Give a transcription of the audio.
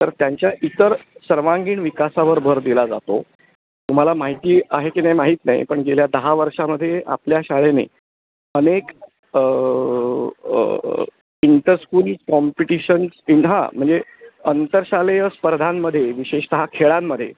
तर त्यांच्या इतर सर्वांगीण विकासावर भर दिला जातो तुम्हाला माहिती आहे की नाही माहीत नाही पण गेल्या दहा वर्षामध्ये आपल्या शाळेने अनेक इंटरस्कूल कॉम्पिटिशन्स इं हा म्हणजे आंतरशालेय स्पर्धांमध्ये विशेषतः खेळांमध्ये